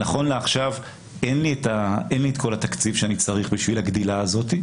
נכון לעכשיו אין לי את כל התקציב שאני צריך בשביל הגדילה הזאת.